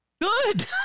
good